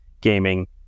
gaming